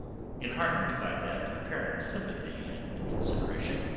enheartened by that apparent sympathy and consideration,